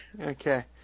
okay